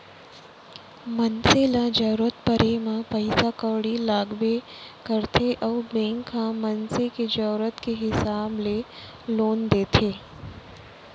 मनसे ल जरूरत परे म पइसा कउड़ी लागबे करथे अउ बेंक ह मनसे के जरूरत के हिसाब ले लोन देथे